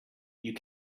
you